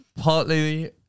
partly